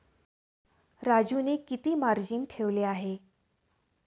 राजूने किती मार्जिन ठेवले आहे?